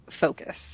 focus